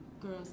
girls